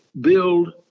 build